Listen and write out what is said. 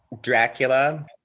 Dracula